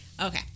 Okay